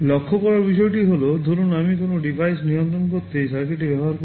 লক্ষ্য করার বিষয়টি হল ধরুন আমি কোনও ডিভাইস নিয়ন্ত্রণ করতে এই সার্কিটটি ব্যবহার করি